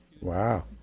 Wow